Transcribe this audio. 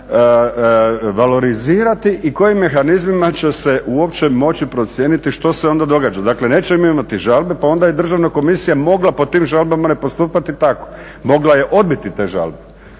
valorizirati i kojim mehanizmima će se uopće moći procijeniti što se onda događa? Dakle, nećemo imati žalbe pa onda je Državna komisija mogla po tim žalbama ne postupati tako, mogla je odbiti te žalbe